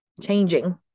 changing